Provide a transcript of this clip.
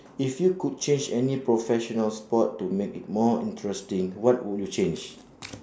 if you could change any professional sport to make it more interesting what would you change